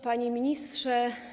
Panie Ministrze!